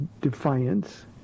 defiance